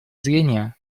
зрения